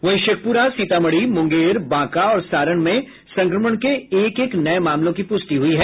वहीं शेखपुरा सीतामढ़ी मुंगेर बांका और सारण में संक्रमण के एक एक नये मामलों की पुष्टि हुई है